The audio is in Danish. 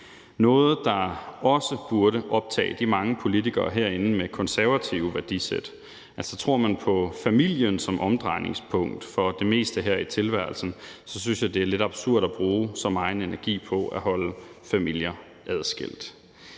noget, der også burde optage de mange politikere herinde med konservative værdisæt. Tror man på familien som omdrejningspunkt for det meste her i tilværelsen, synes jeg, det er lidt absurd at bruge så meget energi på at holde familier adskilt.